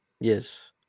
Yes